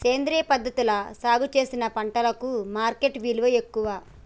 సేంద్రియ పద్ధతిలా సాగు చేసిన పంటలకు మార్కెట్ విలువ ఎక్కువ